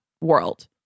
world